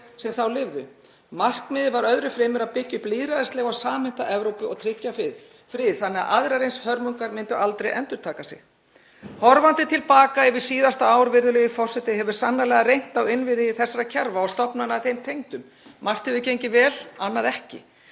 sem þá lifðu. Markmiðið var öðru fremur að byggja upp lýðræðislega og samhenta Evrópu og tryggja frið þannig að aðrar eins hörmungar myndu aldrei endurtaka sig. Horfandi til baka yfir síðasta ár, virðulegur forseti, þá hefur sannarlega reynt á innviði þessara kerfa og stofnana þeim tengdum. Margt hefur gengið vel, annað ekki.